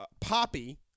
Poppy